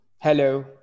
Hello